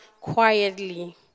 quietly